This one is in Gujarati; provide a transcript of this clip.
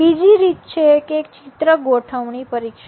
બીજી રીત છે કે ચિત્ર ગોઠવણી પરીક્ષણ